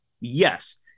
Yes